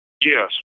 Yes